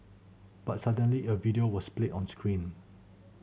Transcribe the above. but suddenly a video was played on screen